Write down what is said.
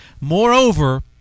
Moreover